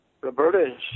Roberta